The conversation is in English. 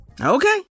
Okay